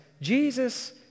Jesus